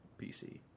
PC